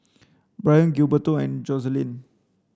Brien Gilberto and Joselin